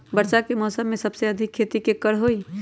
वर्षा के मौसम में सबसे अधिक खेती केकर होई?